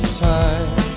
time